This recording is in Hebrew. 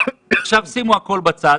עכשיו שימו הכול בצד,